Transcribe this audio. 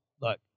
look